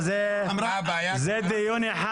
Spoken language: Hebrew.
זה דיון אחד